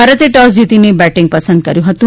ભારતે ટોસ જીતીને બેટીંગ પસંદ કર્યું હતું